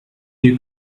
you